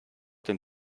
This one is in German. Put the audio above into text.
den